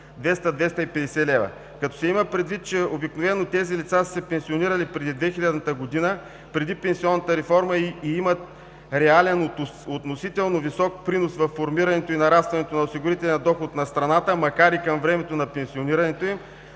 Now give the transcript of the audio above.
200-250 лв. Като се има предвид, че обикновено тези лица са се пенсионирали преди 2000 г., преди пенсионната реформа и имат реален, относително висок принос във формирането и нарастването на осигурителния доход на страната, макар и към времето на пенсионирането им,